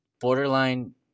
borderline